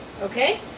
Okay